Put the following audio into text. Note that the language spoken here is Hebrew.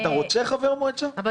שעסוק בחופש המידע בכל רשות,